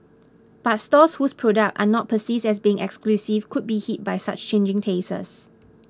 but stores whose products are not perceived as being exclusive could be hit by such changing tastes